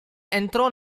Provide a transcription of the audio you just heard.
entrò